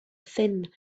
thin